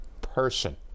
person